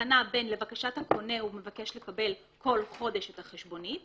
הבדל בין זה שהקונה מבקש לקבל כל חודש את החשבונית,